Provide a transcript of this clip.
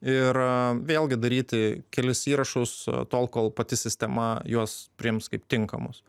ir vėlgi daryti kelis įrašus tol kol pati sistema juos priims kaip tinkamus